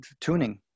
tuning